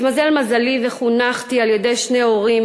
התמזל מזלי וחונכתי על-ידי שני הורים,